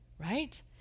right